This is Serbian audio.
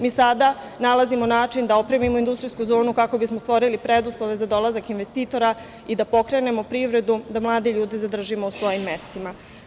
Mi sada nalazimo način da opremimo industrijsku zonu kako bismo stvorili preduslove za dolazak investitora i da pokrenemo privredu da mlade ljude zadržimo u svojom mestima.